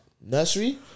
nursery